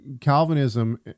Calvinism—